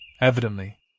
evidently